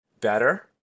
better